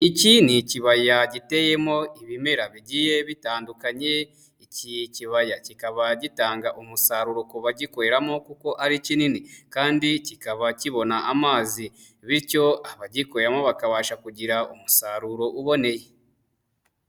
Iki ni ikibaya giteyemo ibimera bigiye bitandukanye, iki kibaya kikaba gitanga umusaruro ku bagikoreramo kuko ari kinini kandi kikaba kibona amazi bityo abagikuyemo bakabasha kugira umusaruro uboneye.